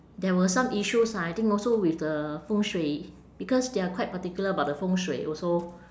there were some issues ah I think also with the fengshui because they are quite particular about the fengshui also